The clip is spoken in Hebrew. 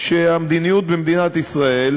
שהמדיניות במדינת ישראל,